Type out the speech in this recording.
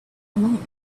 alone